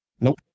nope